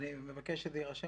אני מבקש שזה יירשם